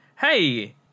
Hey